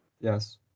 yes